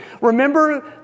Remember